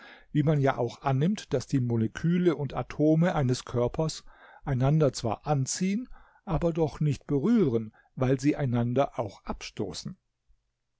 wie man ja auch annimmt daß die moleküle und atome eines körpers einander zwar anziehen aber doch nicht berühren weil sie einander auch abstoßen